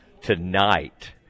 tonight